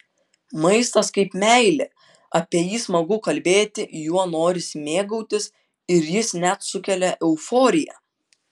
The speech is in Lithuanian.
maistas kaip meilė apie jį smagu kalbėti juo norisi mėgautis ir jis net sukelia euforiją